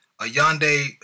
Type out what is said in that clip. Ayande